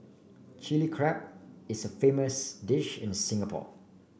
Chilli Crab is a famous dish in Singapore